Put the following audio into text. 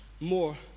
more